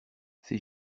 ces